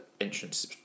entrance